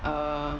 err